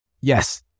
Yes